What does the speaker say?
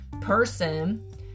person